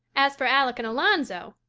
as for alec and alonzo,